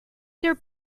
their